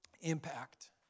impact